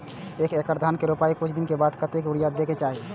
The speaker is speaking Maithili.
एक एकड़ धान के रोपाई के कुछ दिन बाद कतेक यूरिया दे के चाही?